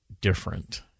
different